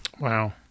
Wow